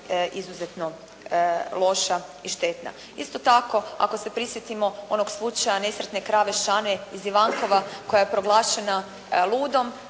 izuzetno loša i štetna. Isto tako, ako se prisjetimo onog slučaja nesretne krave Šane iz Ivankova koja je proglašena ludom